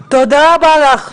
תודה רבה לך.